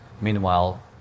Meanwhile